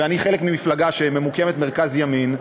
ואני חלק ממפלגה שממוקמת במרכז-ימין,